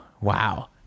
Wow